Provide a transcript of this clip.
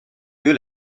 lieu